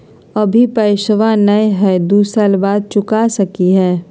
अभि पैसबा नय हय, दू साल बाद चुका सकी हय?